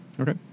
Okay